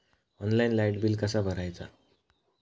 Online light bill कसा भरायचा?